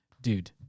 dude